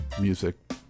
music